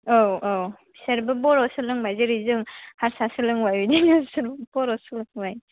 औ औ बिसोरबो बर' सोलोंबाय जेरै जों हारसा सोलोंबाय बिदिनो बिसोरबो बर' सोलोंबाय